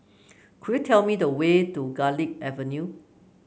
could you tell me the way to Garlick Avenue